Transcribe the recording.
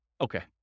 Okay